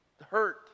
hurt